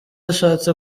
ashatse